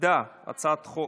הוצמדה הצעת חוק